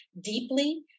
deeply